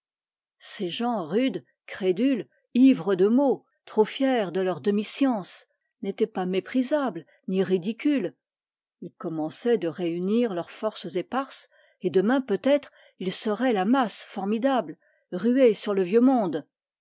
ces gens rudes crédules ivres de mots trop fiers de leur demi science commençaient de réunir leurs forces éparses et demain peut-être ils seraient la masse formidable ruée sur le vieux monde